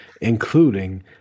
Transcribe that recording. Including